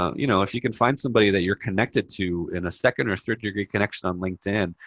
ah you know, if you can find somebody that you're connected to in a second or third-degree connection on linkedin,